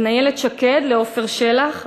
בין איילת שקד לעפר שלח,